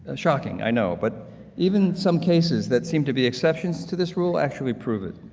ah shocking, i know, but even some cases that seem to be exceptions to this rule actually prove it.